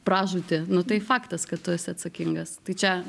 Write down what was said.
pražūtį nu tai faktas kad tu esi atsakingas tai čia